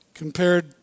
compared